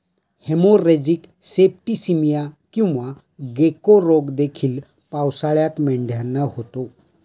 haemorrhagic septicaemia किंवा गेको रोग देखील पावसाळ्यात मेंढ्यांना होतो